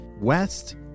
West